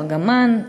ארגמן,